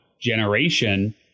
generation